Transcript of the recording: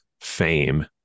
fame